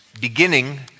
beginning